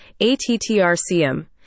ATTRCM